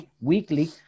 weekly